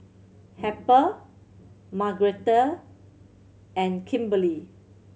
Harper Margretta and Kimberlee